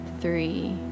three